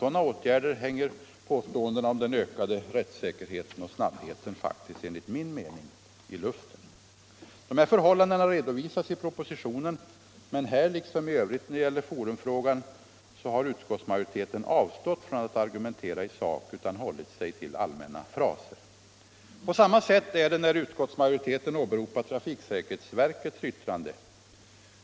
Sådana påståenden om den ökade rättssäkerheten och snabbheten hänger faktiskt, enligt min mening, i luften. De här förhållandena har redovisats i propositionen, men här liksom i övrigt när det gäller forumfrågan har utskottsmajoriteten avstått från att argumentera i sak och hållit sig till allmänna fraser. På samma sätt är det när utskottsmajoriteten åberopar trafiksäkerhetsverkets yttrande.